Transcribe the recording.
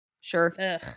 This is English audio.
Sure